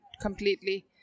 completely